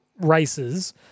races